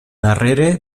darrere